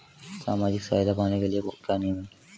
सामाजिक सहायता पाने के लिए क्या नियम हैं?